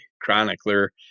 chronicler